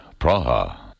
Praha